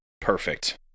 Perfect